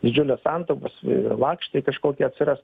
didžiules santaupas ir lakštai kažkokie atsiras